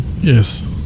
Yes